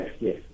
yes